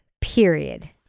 Period